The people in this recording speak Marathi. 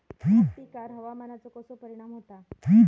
भात पिकांर हवामानाचो कसो परिणाम होता?